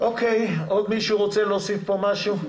עוד מישהו רוצה להוסיף משהו?